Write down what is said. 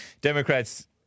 Democrats